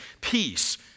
peace